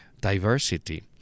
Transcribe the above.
diversity